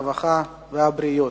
הרווחה והבריאות.